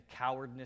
cowardness